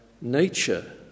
nature